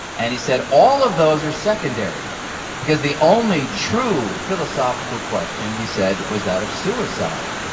and he said all of those are secondary because the only true philosophical question, he said, was that of suicide.